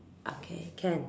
okay can